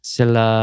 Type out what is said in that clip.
Sila